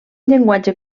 llenguatge